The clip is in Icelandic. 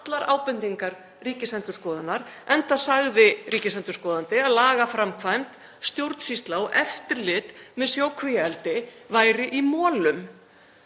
allar ábendingar Ríkisendurskoðunar, enda sagði ríkisendurskoðandi að lagaframkvæmd, stjórnsýsla og eftirlit með sjókvíaeldi væri í molum.